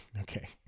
Okay